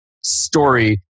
story